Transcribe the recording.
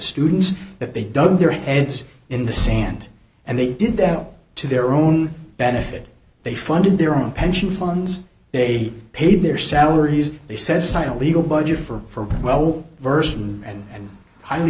students that they dug their heads in the sand and they did them to their own benefit they funded their own pension funds they paid their salaries they said sign a legal budget for well versed and and highly